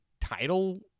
title